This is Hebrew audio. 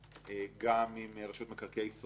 גם עם רשות מקרקעי ישראל,